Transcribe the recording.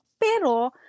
Pero